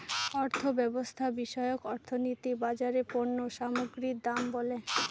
অর্থব্যবস্থা বিষয়ক অর্থনীতি বাজারে পণ্য সামগ্রীর দাম বলে